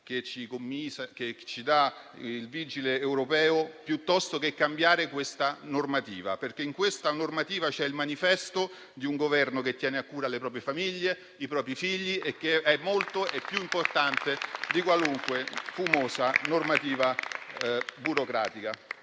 comminata dal vigile europeo, piuttosto che cambiare questa normativa, perché essa contiene il manifesto di un Governo che ha a cuore le proprie famiglie e i propri figli, e questo è molto più importante di qualunque fumosa normativa burocratica.